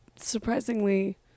surprisingly